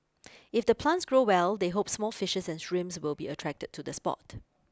if the plants grow well they hope small fishes and shrimps will be attracted to the spot